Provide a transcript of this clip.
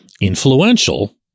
influential